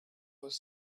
was